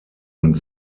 und